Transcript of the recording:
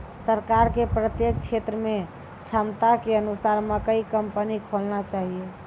सरकार के प्रत्येक क्षेत्र मे क्षमता के अनुसार मकई कंपनी खोलना चाहिए?